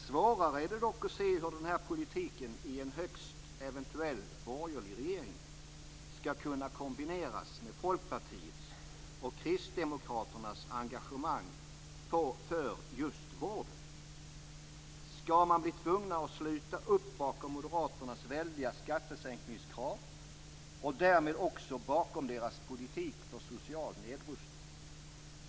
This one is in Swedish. Svårare är det dock att se hur denna politik i en högst eventuell borgerlig regering skall kunna kombineras med Folkpartiets och Kristdemokraternas engagemang för just vården. Skall man bli tvungen att sluta upp bakom moderaternas väldiga skattesänkningskrav och därmed också bakom deras politik för social nedrustning?